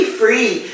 free